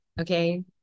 okay